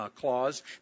clause